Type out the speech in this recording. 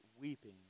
weeping